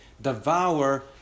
devour